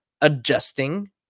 adjusting